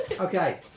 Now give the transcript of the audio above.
Okay